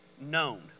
known